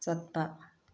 ꯆꯠꯄ